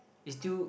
is still